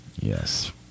Yes